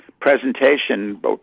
presentation